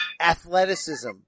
athleticism